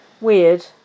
Weird